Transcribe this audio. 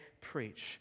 preach